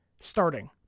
starting